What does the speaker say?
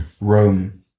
Rome